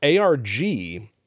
ARG